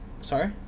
Sorry